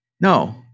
No